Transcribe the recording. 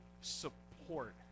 support